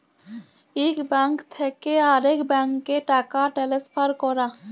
ইক ব্যাংক থ্যাকে আরেক ব্যাংকে টাকা টেলেসফার ক্যরা